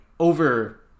Over